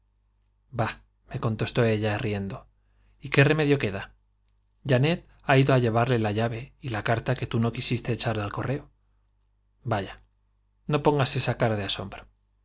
bah me contestó ella riendo y qué j eannette ha ido á llevarle la llave y remedio queda echar al correo vaya no la carta que tú no quisiste cara de asombro